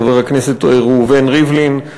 חבר הכנסת ראובן ריבלין.